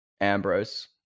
Ambrose